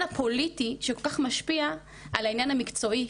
הפוליטי שכל-כך משפיע על העניין המקצועי,